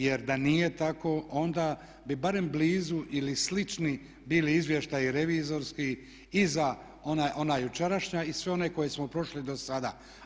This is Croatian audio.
Jer da nije tako onda bi barem blizu ili slični bili izvještaji revizorski i za ona jučerašnja i sve one koje smo prošli dosada.